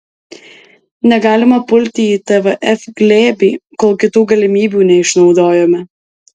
negalima pulti į tvf glėbį kol kitų galimybių neišnaudojome